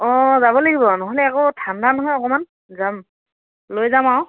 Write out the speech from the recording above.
অঁ যাব লাগিব নহ'লে আকৌ ঠাণ্ডা নহয় অকণমান যাম লৈ যাম আৰু